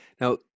now